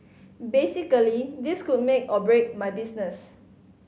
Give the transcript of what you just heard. basically this could make or break my business